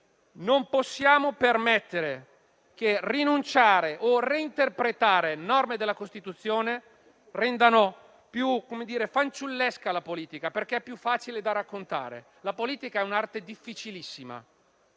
Non possiamo permettere che rinunciare o reinterpretare norme della Costituzione renda più fanciullesca la politica, perché più facile da raccontare. La politica è un'arte difficilissima